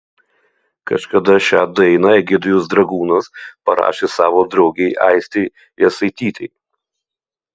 kažkada šią dainą egidijus dragūnas parašė savo draugei aistei jasaitytei